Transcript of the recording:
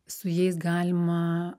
su jais galima